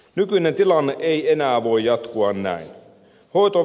nykyinen tilanne ei enää voi jatkua näin